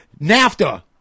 NAFTA